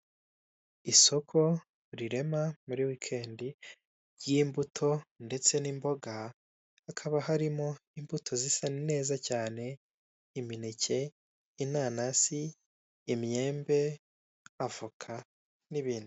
Isoko rirema muri wikendi ry'imbuto ndetse n'imboga, Hakaba harimo imbuto zisa neza cyane imineke, inanasi imyembe, avoka nibindi.